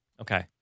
Okay